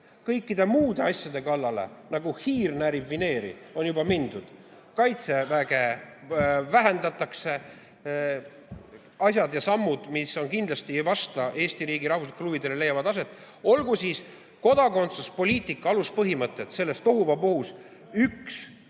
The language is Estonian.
Kõikide muude asjade kallale, nagu hiir närib vineeri, on juba mindud. Kaitseväge vähendatakse, asjad ja sammud, mis kindlasti ei vasta Eesti riigi rahvuslikele huvidele, leiavad aset. Olgu siis kodakondsuspoliitika aluspõhimõtted selles tohuvabohus üks